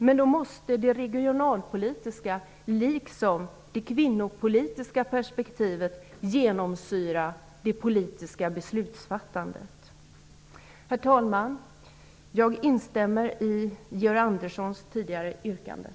Men då måste det regionalpolitiska, liksom det kvinnopolitiska, perspektivet genomsyra det politiska beslutsfattandet. Herr talman! Jag instämmer i Georg Anderssons tidigare yrkanden.